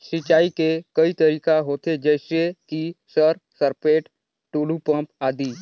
सिंचाई के कई तरीका होथे? जैसे कि सर सरपैट, टुलु पंप, आदि?